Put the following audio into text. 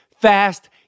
fast